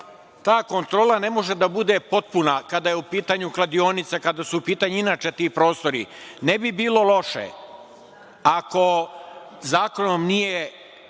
ta kontrola ne može da bude potpuna kada je u pitanju kladionica, kada su u pitanju inače ti prostori. Ne bi bilo loše ako zakonom nije